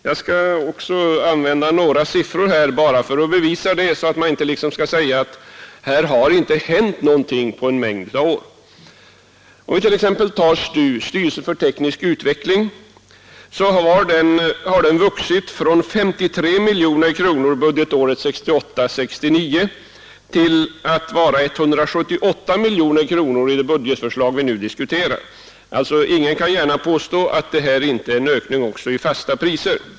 För att belysa det skall jag också lämna några siffror, så att man inte kan påstå att det här inte hänt någonting på en mängd år. Anslaget till styrelsen för teknisk utveckling — STU — har vuxit från 53 miljoner kronor budgetåret 1968/69 till 178 miljoner i det budgetförslag vi nu diskuterar. Ingen kan gärna påstå att det inte innebär en höjning också i fast penningvärde.